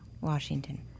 Washington